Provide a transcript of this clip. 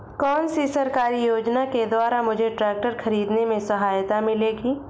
कौनसी सरकारी योजना के द्वारा मुझे ट्रैक्टर खरीदने में सहायता मिलेगी?